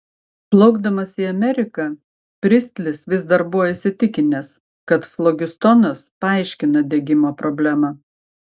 plaukdamas į ameriką pristlis vis dar buvo įsitikinęs kad flogistonas paaiškina degimo problemą